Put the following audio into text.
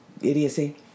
idiocy